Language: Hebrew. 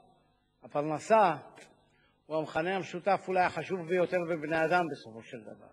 הפריפריה לא מתחזקת לא בכבישים ולא בשאר הדברים